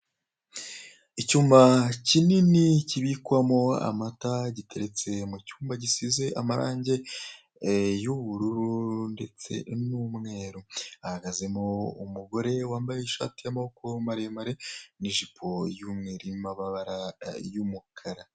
Icyuma kinini kibikwamo amata giteretse mu cyumba gisize amarange y'ubururu ndetse n'umweru hahagazemo umugore wambaye ishati y'amaboko maremare n'ijipo y'umweru irimo amabara y'umukara.